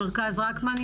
מרכז רקמן,